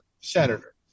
senator